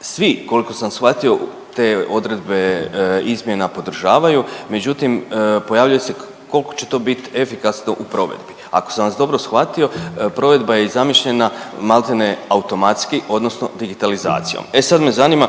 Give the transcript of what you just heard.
Svi koliko sam shvatio te odredbe izmjena podržavaju, međutim pojavljuje se koliko će to bit efikasno u provedbi. Ako sam vas dobro shvatio provedba je i zamišljena malte ne automatski odnosno digitalizacijom. E sad me zanima